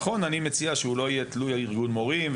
נכון, אני מציע שהוא לא יהיה תלוי ארגון המורים.